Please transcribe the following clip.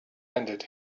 ended